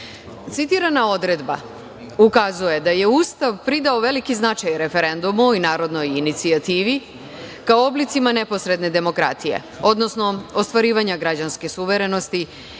Citirana odredba ukazuje da je Ustav pridao veliki značaj referendumu i narodnoj inicijativi, kao oblicima neposredne demokratije, odnosno ostvarivanja građanske suverenosti